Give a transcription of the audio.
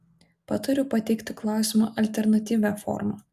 patariu pateikti klausimą alternatyvia forma